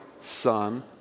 Son